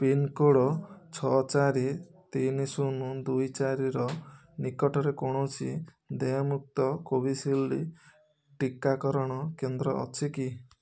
pincode ଛଅ ଚାରି ତିନି ଶୂନ ଦୁଇ ଚାରିର ନିକଟରେ କୌଣସି ଦେୟମୁକ୍ତ କୋଭିସିଲ୍ଡ୍ ଟୀକାକରଣ କେନ୍ଦ୍ର ଅଛି କି